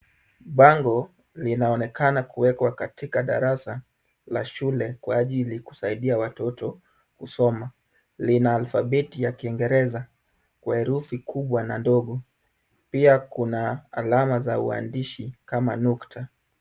Bango linaonekana kuwekwa katika darasa la shule kwa ajili kusaidia watoto kusoma. Lina alfabeti ya Kiingereza kwa herufi kubwa na ndogo. Pia kuna alama za uandishi kama nukta.